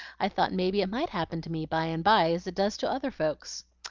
i thought maybe it might happen to me, by-and-by, as it does to other folks.